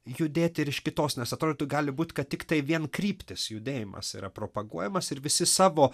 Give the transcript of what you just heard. judėti ir iš kitos nes atrodytų gali būt kad tiktai vienkryptis judėjimas yra propaguojamas ir visi savo